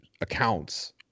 accounts